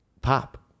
Pop